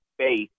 space